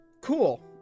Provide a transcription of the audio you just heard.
cool